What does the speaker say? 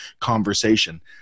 conversation